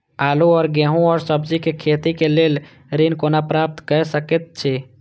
आलू और गेहूं और सब्जी के खेती के लेल ऋण कोना प्राप्त कय सकेत छी?